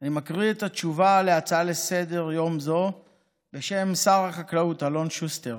אני מקריא את התשובה על ההצעה לסדר-יום זו בשם שר החקלאות אלון שוסטר.